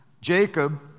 Jacob